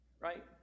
right